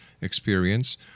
experience